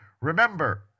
Remember